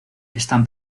están